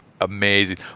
amazing